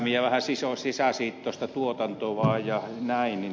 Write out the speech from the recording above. on vähän sisäsiittoista tuotantoa ja näin